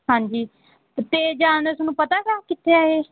ਹਾਂਜੀ ਅਤੇ ਜਾਣ ਦਾ ਤੁਹਾਨੂੰ ਪਤਾ ਗਾ ਕਿੱਥੇ ਹੈ ਇਹ